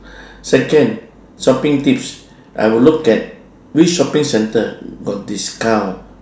second shopping tips I will look at which shopping center got discount